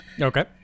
okay